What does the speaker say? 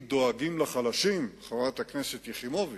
אם דואגים לחלשים, חברת הכנסת יחימוביץ,